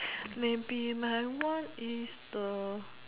maybe my one is the